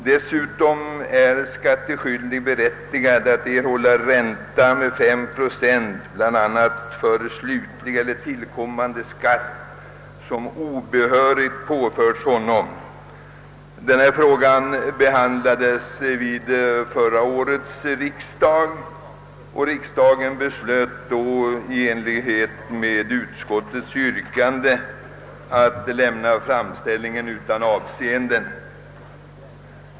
Dessutom är skattskyldig berättigad att erhålla ränta med 5 procent för bl.a. den slutliga eller tillkommande skatt, som obehörigt påförts honom. Denna fråga behandlades vid föregående års riksdag, som i enlighet med utskottets hemställan beslöt att lämna samma yrkande som det i år framställda utan avseende.